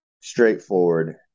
straightforward